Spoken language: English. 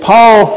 Paul